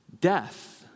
death